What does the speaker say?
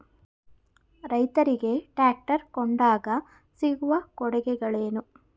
ರೈತರಿಗೆ ಟ್ರಾಕ್ಟರ್ ಕೊಂಡಾಗ ಸಿಗುವ ಕೊಡುಗೆಗಳೇನು?